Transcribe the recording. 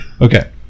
Okay